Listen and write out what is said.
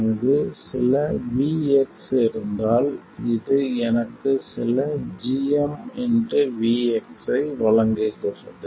அங்கு சில Vx இருந்தால் இது எனக்கு சில gmVx ஐ வழங்குகிறது